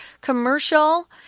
commercial